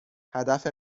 هدف